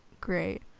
great